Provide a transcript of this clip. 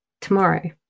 tomorrow